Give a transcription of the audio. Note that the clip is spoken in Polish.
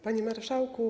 Panie Marszałku!